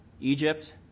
Egypt